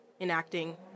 enacting